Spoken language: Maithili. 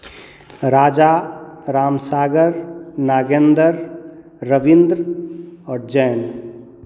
राजा राम सागर नागेन्दर रवीन्द्र आओर जयन्त